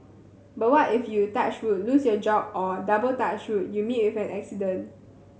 but what if you touch wood lose your job or double touch wood you meet with an accident